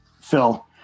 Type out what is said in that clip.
Phil